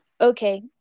okay